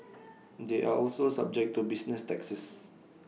they are also subject to business taxes